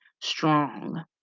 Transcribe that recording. strong